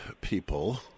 people